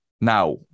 Now